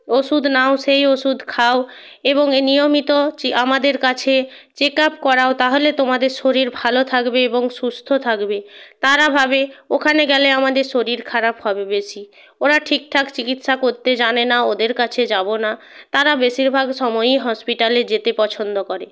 ওষুধ নাও সেই ওষুধ খাও এবং এ নিয়মিত চি আমাদের কাছে চেক আপ করাও তাহলে তোমাদের শরীর ভালো থাকবে এবং সুস্থ থাকবে তারা ভাবে ওখানে গেলে আমাদের শরীর খারাপ হবে বেশি ওরা ঠিকঠাক চিকিৎসা করতে জানে না ওদের কাছে যাবো না তারা বেশিরভাগ সময়ই হসপিটালে যেতে পছন্দ করে